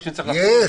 אני מזכיר.